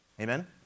Amen